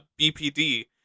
BPD